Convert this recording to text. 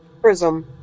Prism